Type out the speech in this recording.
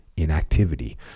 Inactivity